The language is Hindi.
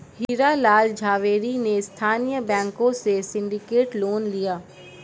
हीरा लाल झावेरी ने स्थानीय बैंकों से सिंडिकेट लोन लिया